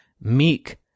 meek